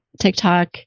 TikTok